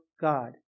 God